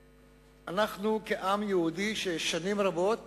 אנחנו, כעם יהודי ששנים רבות